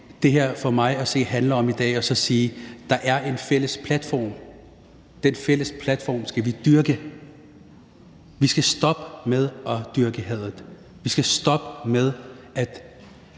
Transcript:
som det for mig at se handler om i dag, er så at sige, at der er en fælles platform. Den fælles platform skal vi dyrke, og vi skal stoppe med at dyrke hadet. Vi skal stoppe med at